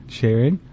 sharing